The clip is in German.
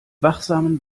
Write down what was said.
wachsamen